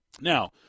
Now